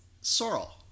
Sorrel